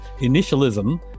initialism